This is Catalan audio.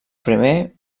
primer